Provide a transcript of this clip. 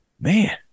man